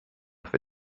for